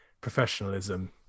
professionalism